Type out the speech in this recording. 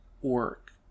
work